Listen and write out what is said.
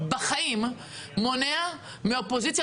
בחיים מונע מהאופוזיציה,